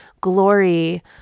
Glory